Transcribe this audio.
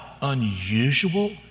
unusual